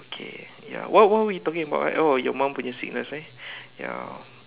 okay ya what what were you talking about right oh your mum punya sickness eh ya